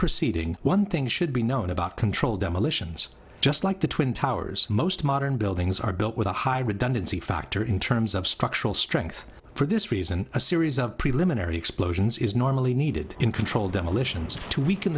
proceeding one thing should be known about controlled demolitions just like the twin towers most modern buildings are built with a high redundancy factor in terms of structural strength for this reason a series of preliminary explosions is normally needed in controlled demolitions to weaken